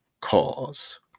cause